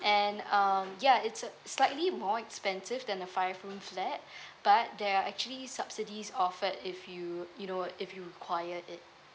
and um ya it's a slightly more expensive than a five room flat but there are actually subsidies offered if you you know if you require it